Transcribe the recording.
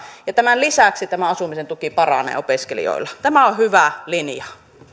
ja tämän lisäksi tämä asumisen tuki paranee opiskelijoilla tämä on hyvä linja